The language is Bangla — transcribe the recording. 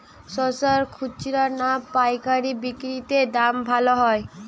শশার খুচরা না পায়কারী বিক্রি তে দাম ভালো হয়?